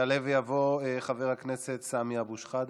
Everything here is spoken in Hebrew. יעלה ויבוא חבר הכנסת סמי אבו שחאדה.